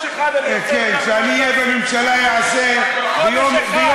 הלו, הלו, הלו, הלו, יותר מאשר אתה תעשה.